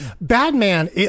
Batman